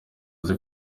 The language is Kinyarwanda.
aza